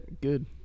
Good